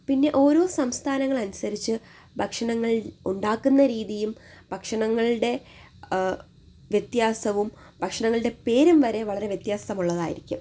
പിന്നെ ഓരോ സംസ്ഥാനങ്ങളനുസരിച്ച് ഭക്ഷണങ്ങൾ ഉണ്ടാക്കുന്ന രീതിയും ഭക്ഷണങ്ങളുടെ വ്യത്യാസവും ഭക്ഷണങ്ങളുടെ പേരും വരെ വളരെ വ്യത്യാസമുള്ളതായിരിക്കും